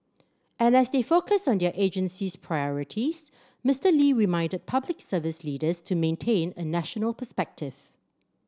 and as they focus on their agency's priorities Mister Lee reminded Public Service leaders to maintain a national perspective